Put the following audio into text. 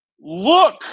look